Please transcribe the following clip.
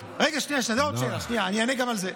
רגע, שנייה, אני אענה גם על זה.